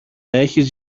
έχεις